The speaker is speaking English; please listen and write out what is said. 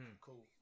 Cool